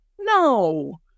No